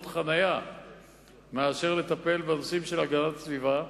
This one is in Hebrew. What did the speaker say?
חנייה מאשר לטפל בנושאים של הגנת הסביבה.